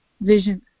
vision